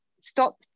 stop